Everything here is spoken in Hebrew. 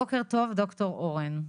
בוקר טוב ד"ר אורן.